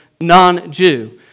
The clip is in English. non-Jew